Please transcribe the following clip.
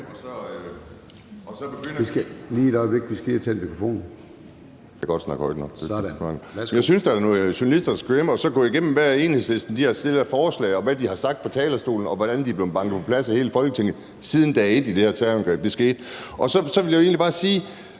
(Søren Gade): Lige et øjeblik. Vi skal lige have tændt mikrofonen. Sådan. Værsgo. Kl. 13:35 Kim Edberg Andersen (DD): Jeg synes, der er nogle journalister, der skal gå hjem og så gå igennem, hvad Enhedslisten har fremsat af forslag, og hvad de har sagt på talerstolen, og hvordan de er blevet banket på plads af hele Folketinget siden den dag, da det her terrorangreb skete. Så vil jeg egentlig bare sige,